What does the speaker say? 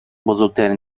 بزرگترین